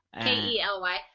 K-E-L-Y